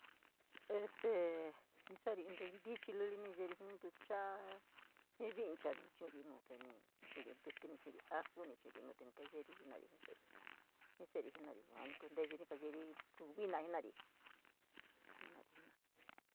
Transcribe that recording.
Este ni saari in tei ntichi luli ni yeri, jiin in ntucha’a jii vincha ni chu’uri nu te ni chu’uri ntíkí nuu, ni chu’uri aju, ni chu’uri nuu te ni kayeri jii se’eri, jii se’eri jena’ari yuani kuu nteyuu ni keyeri kiu vina jenari, jenari jena’a.